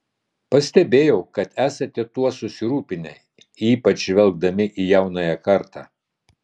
pastebėjau kad esate tuo susirūpinę ypač žvelgdami į jaunąją kartą